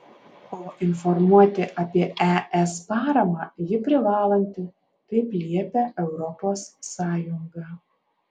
o informuoti apie es paramą ji privalanti taip liepia europos sąjunga